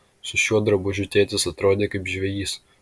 su šiuo drabužiu tėtis atrodė kaip žvejys